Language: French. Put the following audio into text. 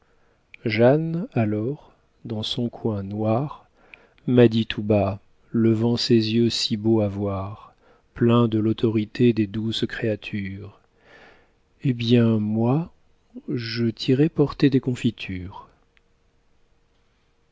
jeanne alors dans son coin noir m'a dit tout bas levant ses yeux si beaux à voir pleins de l'autorité des douces créatures eh bien moi je t'irai porter des confitures